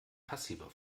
passiver